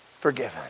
forgiven